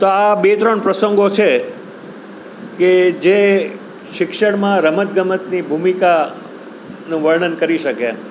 તો આ બે ત્રણ પ્રસંગો છે કે જે શિક્ષણમાં રમત ગમતની ભૂમિકાનું વર્ણન કરી શકે